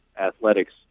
athletics